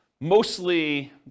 mostly